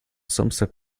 samstag